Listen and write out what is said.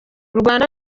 rwanda